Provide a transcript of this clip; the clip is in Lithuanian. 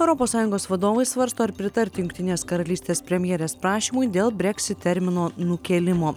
europos sąjungos vadovai svarsto ar pritarti jungtinės karalystės premjerės prašymui dėl brexit termino nukėlimo